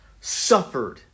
suffered